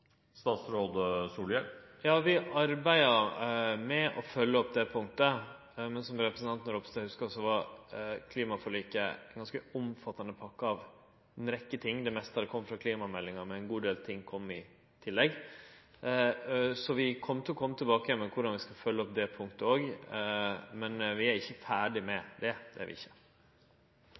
Vi arbeider med å følgje opp det punktet. Men som representanten Ropstad hugsar, var klimaforliket ein ganske omfattande pakke av ei rekke ting. Det meste kom frå klimameldinga, men ein god del kom i tillegg. Vi kjem til å kome tilbake igjen med korleis vi skal følgje opp det punktet òg, men vi er ikkje ferdige med det. Replikkordskiftet er